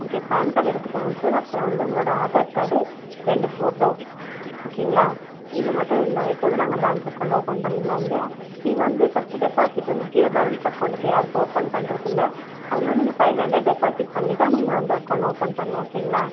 okay PAN card எடுத்துக்கோங்க sir அப்புறம் வந்து உங்களோட ஆதார் கார்டு ரெண்டு ஃபோட்டோ ஓகேங்ளா இது மட்டும் இருந்தாவே போதும் நாங்கள் பேங்க் அக்கவுண்ட் ஓபன் பண்ணிடலாம் இங்கே நீங்கள் வந்து ஃபஸ்ட் டெப்பாசிட் வந்து ஜீரோ பேலன்ஸ் அக்கவுண்ட் இப்போ யாருக்கு ஓபன் பண்ணுறதில்ல அதனால் நீங்கள் ஃபைவ் ஹண்ட்ரெட் டெப்பாசிட் பண்ணி தான் நீங்கள் வந்து அக்கவுண்ட் ஓபன் பண்ணுவோம் ஓகேங்ளா